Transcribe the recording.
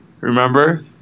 remember